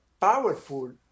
powerful